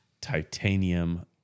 titanium